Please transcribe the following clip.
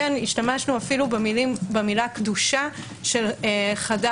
השתמשנו אפילו במילה קדושה של חדר